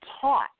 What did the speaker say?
taught